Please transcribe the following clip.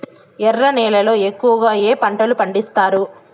ఎర్ర నేలల్లో ఎక్కువగా ఏ పంటలు పండిస్తారు